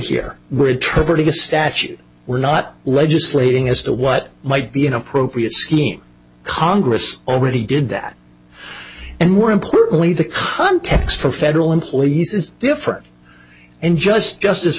statute we're not legislating as to what might be an appropriate scheme congress already did that and more importantly the context for federal employees is different and just justice